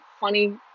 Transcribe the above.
funny